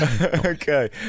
Okay